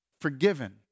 Forgiven